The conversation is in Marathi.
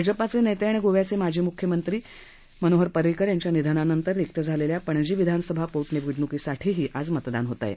भाजपा नेता आणि गोव्याचे माजी मुख्यमंत्री मनोहर परिंकर यांच्या निधनानंतर रिक्त झालेल्या पणजी विधानसभा पोटनिवडणुकीसाठी आज मतदान होत आहे